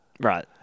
Right